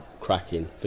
cracking